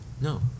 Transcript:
no